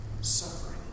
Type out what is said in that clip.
suffering